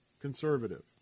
conservative